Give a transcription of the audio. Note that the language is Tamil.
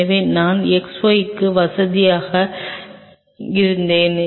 எனவே நான் xyz க்கும் வசதியாக இருந்தேன்